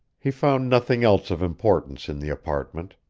he found nothing else of importance in the apartment.